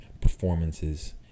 performances